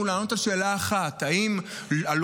הוא לענות על שאלה אחת: האם הלווה,